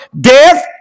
death